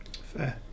Fair